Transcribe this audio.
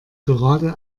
gerade